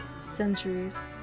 Centuries